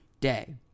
day